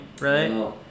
right